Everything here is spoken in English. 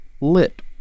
lit